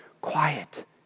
quiet